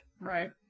Right